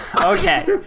Okay